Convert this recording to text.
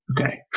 Okay